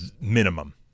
minimum